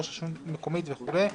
ראש רשות מקומית וכו'.